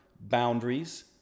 boundaries